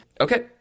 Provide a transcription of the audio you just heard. Okay